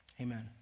Amen